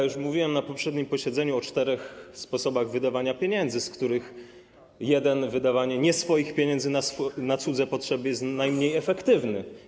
Już mówiłem na poprzednim posiedzeniu o czterech sposobach wydawania pieniędzy, z których jeden - wydawanie nieswoich pieniędzy na cudze potrzeby - jest najmniej efektywny.